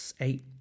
eight